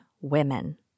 women